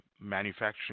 manufacturing